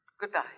Goodbye